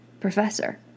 Professor